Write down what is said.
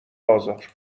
بازار